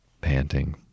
panting